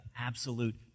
absolute